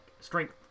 Strength